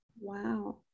Wow